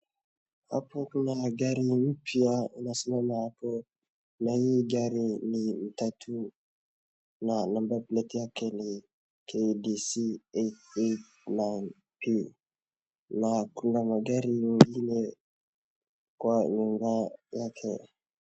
Hapo kuna gari mpya inasimama hapo na hii gari ni matatu na number plate yake ni KDC 892 na kuna magari mengine kwa nyumba yake.